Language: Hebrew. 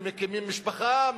מקימים משפחה,